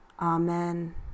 Amen